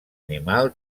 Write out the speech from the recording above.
animal